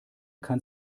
kann